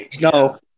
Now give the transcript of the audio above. No